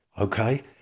Okay